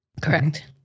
Correct